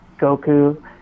Goku